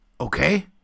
okay